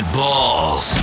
balls